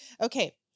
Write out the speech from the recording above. Okay